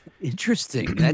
interesting